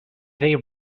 they